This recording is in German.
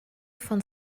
von